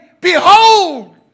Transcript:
behold